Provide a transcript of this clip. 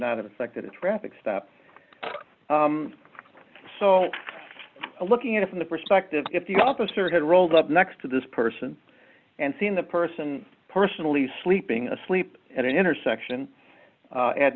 not affected a traffic stop so looking at it from the perspective if the officer had rolled up next to this person and seen the person personally sleeping asleep at an intersection at